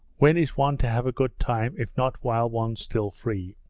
when is one to have a good time if not while one's still free?